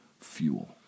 fuel